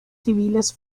civiles